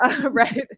right